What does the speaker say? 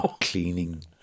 Cleaning